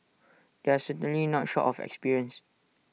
they are certainly not short of experience